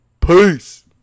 Peace